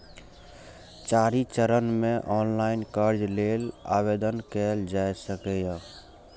चारि चरण मे ऑनलाइन कर्ज लेल आवेदन कैल जा सकैए